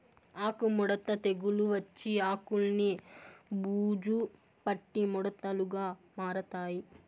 ఆకు ముడత తెగులు వచ్చి ఆకులన్ని బూజు పట్టి ముడతలుగా మారతాయి